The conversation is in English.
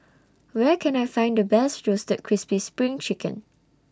Where Can I Find The Best Roasted Crispy SPRING Chicken